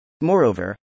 Moreover